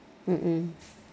mm mm